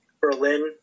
Berlin